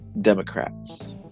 Democrats